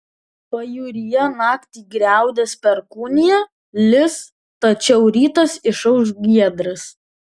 pajūryje naktį griaudės perkūnija lis tačiau rytas išauš giedras